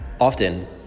often